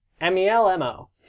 M-E-L-M-O